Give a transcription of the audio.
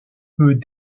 peut